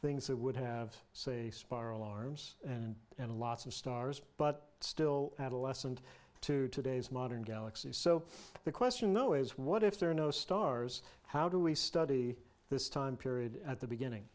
things that would have say spiral arms and and lots of stars but still adolescent to today's modern galaxy so the question though is what if there are no stars how do we study this time period at the beginning